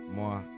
more